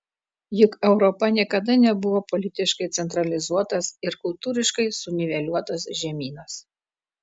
juk europa niekada nebuvo politiškai centralizuotas ir kultūriškai suniveliuotas žemynas